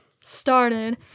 started